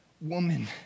woman